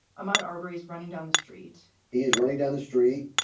i'm ah marbury's running down the street he is running down the street.